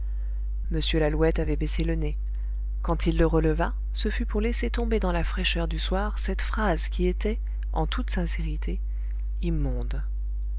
m lalouette avait baissé le nez quand il le releva ce fut pour laisser tomber dans la fraîcheur du soir cette phrase qui était en toute sincérité immonde